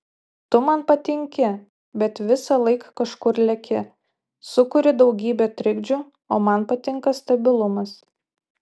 tu man patinki bet visąlaik kažkur leki sukuri daugybę trikdžių o man patinka stabilumas